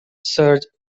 serge